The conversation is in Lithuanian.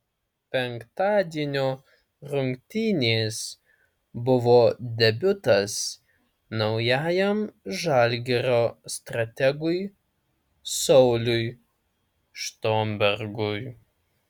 penktadienio rungtynės buvo debiutas naujajam žalgirio strategui sauliui štombergui